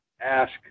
ask